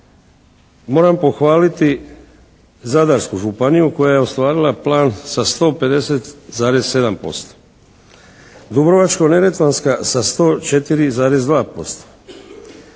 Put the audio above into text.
moram pohvaliti Zadarsku županiju koja je ostvarila plan sa 150,7%. Dubrovačko-neretvanska sa 104,2%,